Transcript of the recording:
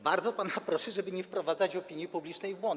Bardzo pana proszę, żeby nie wprowadzać opinii publicznej w błąd.